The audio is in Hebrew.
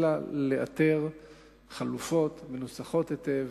אלא לאתר חלופות מנוסחות היטב,